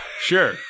Sure